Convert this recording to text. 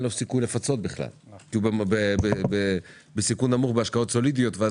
לו סיכוי בכלל לפצות כי הוא בסיכון נמוך בהשקעות סולידיות.